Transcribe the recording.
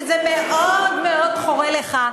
שזה מאוד מאוד חורה לך,